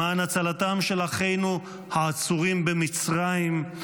למען הצלתם של אחינו העצורים במצרים,